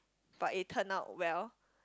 but it turn out well